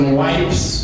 wipes